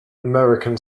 american